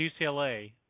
UCLA